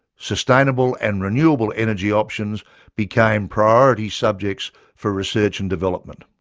sustainable and renewable energy options became priority subjects for research and development.